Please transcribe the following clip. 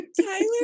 Tyler